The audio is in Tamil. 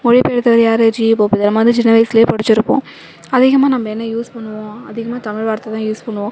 மொழி பெயர்த்தது யார் ஜியுபோப் இதைமாரி சின்ன வயசுலையே படிச்சுருப்போம் அதிகமாக நம்ப என்ன யூஸ் பண்ணுவோம் அதிகமாக தமிழ் வார்த்தைதான் யூஸ் பண்ணுவோம்